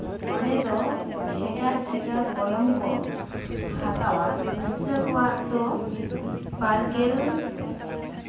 ᱚᱸᱰᱮ ᱫᱚ ᱵᱷᱮᱜᱟᱨ ᱵᱷᱮᱜᱟᱨ ᱜᱚᱱᱚᱝ ᱠᱚ ᱦᱟᱛᱟᱣᱟ ᱜᱤᱫᱽᱨᱟᱹ ᱠᱚᱣᱟᱜ ᱫᱚ ᱵᱟᱨᱜᱮᱞ